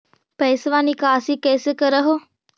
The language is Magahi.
पैसवा निकासी कैसे कर हो?